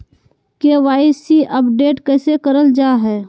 KYC update कैसे करल जाहै?